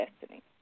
destiny